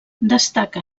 destaca